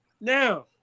Now